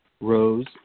rose